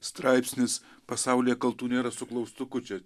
straipsnis pasaulyje kaltų nėra su klaustuku čia